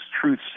truth